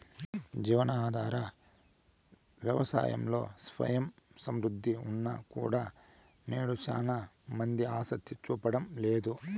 జీవనాధార వ్యవసాయంలో స్వయం సమృద్ధి ఉన్నా కూడా నేడు చానా మంది ఆసక్తి చూపడం లేదు